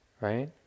Right